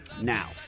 now